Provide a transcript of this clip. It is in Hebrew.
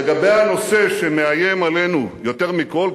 לגבי הנושא שמאיים עלינו יותר מכול,